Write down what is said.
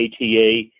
ATA